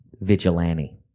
Vigilante